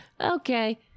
okay